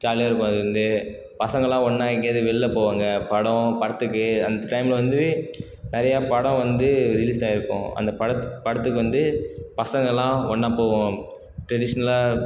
ஜாலியாக இருக்கும் அது வந்து பசங்கள்லாம் ஒன்னா எங்கேயாது வெளியல போவாங்க படம் படத்துக்கு அந்த டைமில் வந்து நிறைய படம் வந்து ரிலீஸ் ஆகிருக்கும் அந்த படத் படத்துக்கு வந்து பசங்களாம் ஒன்னாக போவோம் ட்ரெடிஷ்னலா